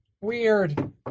Weird